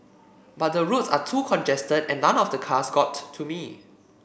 but the roads are too congested and none of the cars got to me